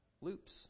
loops